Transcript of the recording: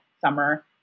summer